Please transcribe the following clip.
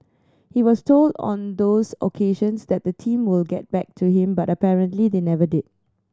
he was told on those occasions that the team will get back to him but apparently they never did